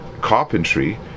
carpentry